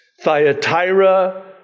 Thyatira